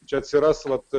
čia atsiras vat